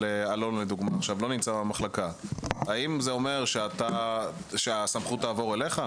אלון לא נמצא במחלקה האם זה אומר שהסמכות תעבור אליך?